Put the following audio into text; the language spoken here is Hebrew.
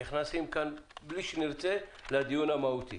אנחנו נכנסים כאן בלי שנרצה לדיון המהותי.